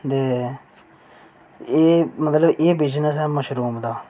एह् एह् बिज़नेस ऐ मशरूम दा